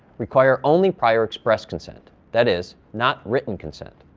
require only prior express consent, that is, not written consent.